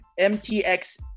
MTX